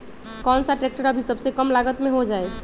कौन सा ट्रैक्टर अभी सबसे कम लागत में हो जाइ?